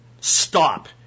Stop